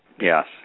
Yes